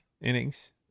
innings